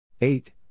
Eight